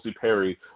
Perry